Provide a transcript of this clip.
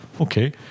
Okay